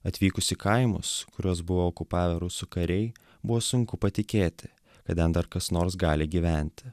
atvykus į kaimus kuriuos buvo okupavę rusų kariai buvo sunku patikėti kad ten dar kas nors gali gyventi